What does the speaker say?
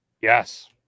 Yes